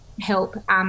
help